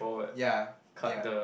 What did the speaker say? ya ya